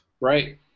Right